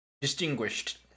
Distinguished